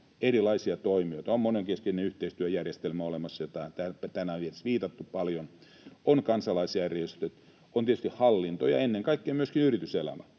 erilaisia toimijoita — on monenkeskinen yhteistyöjärjestelmä olemassa, johon tänään on tietysti viitattu paljon, on kansalaisjärjestöt, on tietysti hallinto, ja ennen kaikkea myöskin yrityselämä